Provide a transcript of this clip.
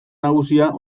nagusia